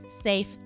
safe